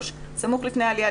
לא.